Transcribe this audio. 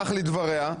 כך לדבריה,